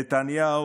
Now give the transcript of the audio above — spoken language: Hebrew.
נתניהו,